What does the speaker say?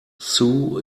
sue